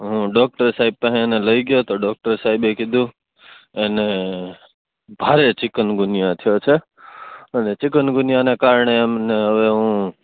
હું ડોક્ટર સાહેબ પાંહે એને લઈ ગયો તો ડોક્ટર સાહેબે કીધું એને ભારે ચિકનગુનિયા થ્યો છે અને ચિકનગુનિયા ના કારણે હમણે હવે હું